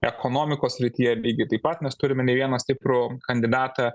ekonomikos srityje lygiai taip pat mes turime ne vieną stiprų kandidatą